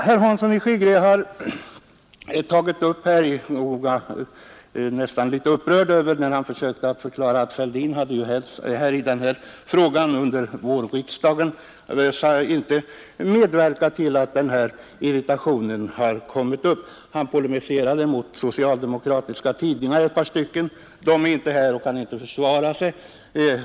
Herr Hansson i Skegrie blev också smått upprörd, när han försökte förklara att herr Fälldins agerande i denna fråga under vårriksdagen inte hade medverkat till den uppkomna irritationen. Han polemiserade också mot ett par socialdemokratiska tidningar, som emellertid inte är representerade här och alltså inte kan försvara sig.